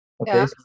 Okay